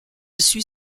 suit